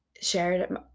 shared